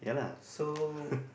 so